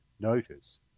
notice